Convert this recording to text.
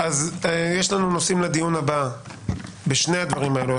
יש לנו נושאים לדיון הבא בשני הדברים האלה.